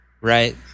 right